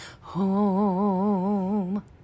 home